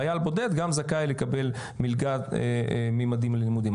חייל בודד גם זכאי לקבל מלגת "ממדים ללימודים".